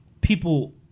People